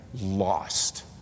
lost